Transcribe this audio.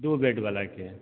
दू बेडबलाके